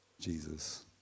Jesus